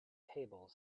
table